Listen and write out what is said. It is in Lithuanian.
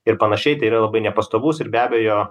ir panašiai tai yra labai nepastovus ir be abejo